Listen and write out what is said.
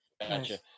Gotcha